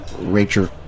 Rachel